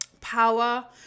power